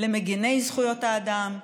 למגיני זכויות האדם,